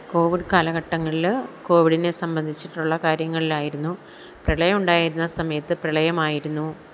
Covid കാലഘട്ടങ്ങളിൽ കോവിഡിനെ സംബന്ധിച്ചിട്ടുള്ള കാര്യങ്ങളിലായിരുന്നു പ്രളയം ഉണ്ടായിരുന്ന സമയത്ത് പ്രളയമായിരുന്നു